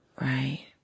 Right